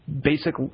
basic